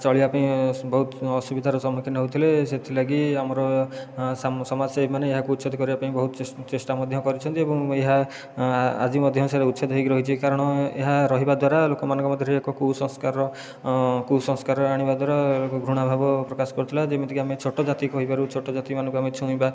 ଚଳିବାପାଇଁ ବହୁତ ଅସୁବିଧାର ସମ୍ମୁଖୀନ ହେଉଥିଲେ ସେଥିଲାଗି ଆମର ସମାଜସେବୀମାନେ ଏହାକୁ ଉଚ୍ଛେଦ କରିବାପାଇଁ ବହୁତ ଚେଷ୍ଟା ମଧ୍ୟ କରିଛନ୍ତି ଏବଂ ଏହା ଆଜି ମଧ୍ୟ ସେ'ଟା ଉଚ୍ଛେଦ ହୋଇକି ରହିଛି କାରଣ ଏହା ରହିବାଦ୍ୱାରା ଲୋକମାନଙ୍କ ମଧ୍ୟରେ ଏକ କୁସଂସ୍କାର କୁସଂସ୍କାର ଆଣିବାଦ୍ୱାରା ଘୃଣାଭାବ ପ୍ରକାଶ କରୁଥିଲା ଯେମିତିକି ଆମେ ଛୋଟ ଜାତି କହିପାରୁ ଛୋଟ ଜାତିମାନଙ୍କୁ ଆମେ ଛୁଇଁବା